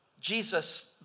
Jesus